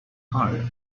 card